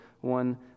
one